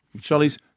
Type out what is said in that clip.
Charlie's